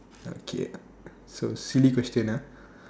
okay so silly question ah